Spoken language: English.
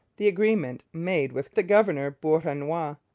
the agreement made with the governor beauharnois.